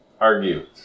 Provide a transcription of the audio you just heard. argue